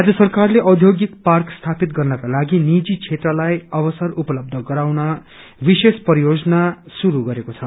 राज्य सरकारले औध्योगिक पार्क स्थापित गर्नको लागि निजी क्षेत्रलाई अवसर उपलबध गराउन विशेष परियोजना शुरू गरेको छ